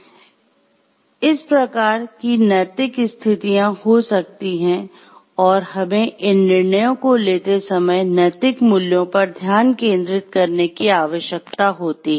इसलिए इस प्रकार की नैतिक स्थितियां हो सकती हैं और हमें इन निर्णयों को लेते समय नैतिक मूल्यों पर ध्यान केंद्रित करने की आवश्यकता होती है